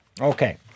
Okay